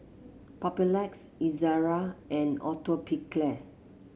Papulex Ezerra and Atopiclair